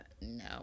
No